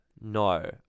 No